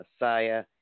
Messiah